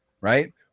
right